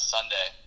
Sunday